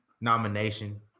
nomination